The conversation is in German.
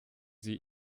sie